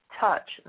touch